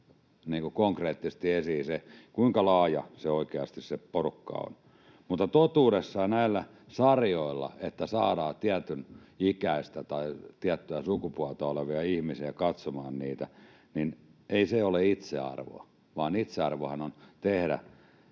konkreettisesti esiin se, kuinka laaja se porukka oikeasti on. Mutta totuudessaan se, että näillä sarjoilla saadaan tietyn ikäisiä tai tiettyä sukupuolta olevia ihmisiä katsomaan niitä, ei ole itsearvo, vaan itsearvohan on tehdä